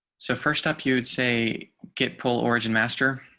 so first up, you'd say get pull origin master.